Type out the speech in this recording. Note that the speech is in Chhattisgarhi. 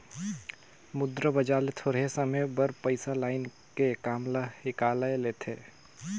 मुद्रा बजार ले थोरहें समे बर पइसा लाएन के काम ल हिंकाएल लेथें